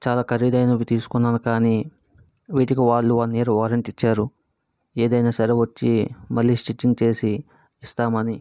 చాలా ఖరీదైనవి తీసుకున్నాను కానీ వీటికి వాళ్ళు వన్ ఇయర్ వారెంటీ ఇచ్చారు ఏదైనా సరే వచ్చి మళ్ళీ స్టిచ్చింగ్ చేసి ఇస్తామని